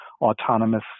autonomous